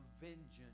vengeance